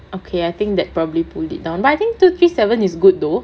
okay I think that probably pulled it down but I think two three seven is good though